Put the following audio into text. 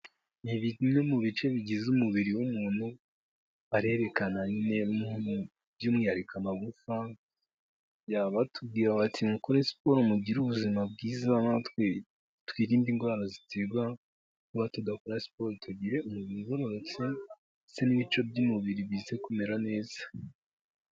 Ni bimwe mu bice bigize umubiri w'umuntu barerekana by'umwihariko amagufwa batubwira bati mukore siporo mu mugire ubuzima bwiza natwe twirinde indwara ziterwa kuba tudakora siporo tugire umubiri ugororotse ndetse n'ibice by'umubiri bize kumera neza.